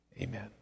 Amen